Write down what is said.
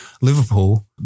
Liverpool